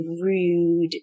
rude